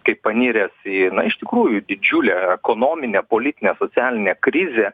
kai paniręs į iš tikrųjų didžiulę ekonominę politinę socialinę krizę